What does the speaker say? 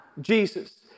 Jesus